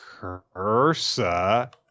Cursa